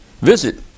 Visit